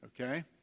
Okay